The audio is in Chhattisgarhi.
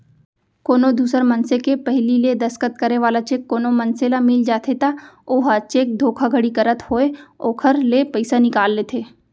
कोनो दूसर मनसे के पहिली ले दस्खत करे वाला चेक कोनो मनसे ल मिल जाथे त ओहा चेक धोखाघड़ी करत होय ओखर ले पइसा निकाल लेथे